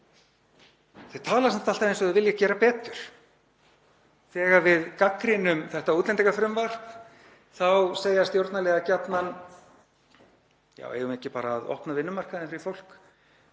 Þau tala samt alltaf eins og þau vilji gera betur. Þegar við gagnrýnum þetta útlendingafrumvarp segja stjórnarliðar gjarnan: Já, eigum við ekki bara að opna vinnumarkaðinn fyrir fólk